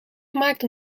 gemaakt